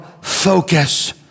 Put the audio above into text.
focus